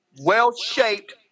well-shaped